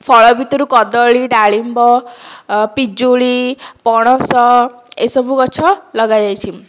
ଫଳ ଭିତରୁ କଦଳୀ ଡାଳିମ୍ବ ପିଜୁଳି ପଣସ ଏସବୁ ଗଛ ଲଗାଯାଇଛି